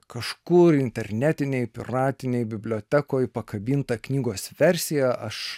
kažkur internetinėj piratinėj bibliotekoj pakabintą knygos versiją aš